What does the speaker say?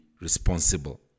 responsible